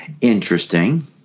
Interesting